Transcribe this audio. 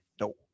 no